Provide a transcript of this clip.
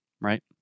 right